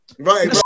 Right